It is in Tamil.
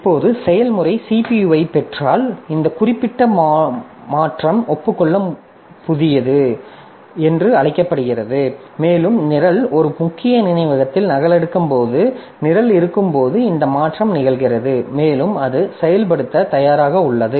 இப்போது செயல்முறை CPU ஐப் பெற்றால் இந்த குறிப்பிட்ட மாற்றம் ஒப்புக்கொள்ள புதியது என்று அழைக்கப்படுகிறது மேலும் நிரல் ஒரு முக்கிய நினைவகத்தில் நகலெடுக்கப்படும்போது நிரல் இருக்கும்போது இந்த மாற்றம் நிகழ்கிறது மேலும் அது செயல்படுத்த தயாராக உள்ளது